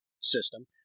system